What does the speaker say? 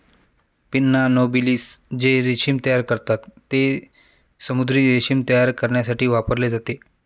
pinna nobilis जे रेशीम तयार करतात, ते समुद्री रेशीम तयार करण्यासाठी वापरले जाते